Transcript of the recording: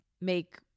make